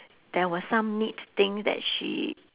there was some meat thing that she